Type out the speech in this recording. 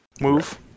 move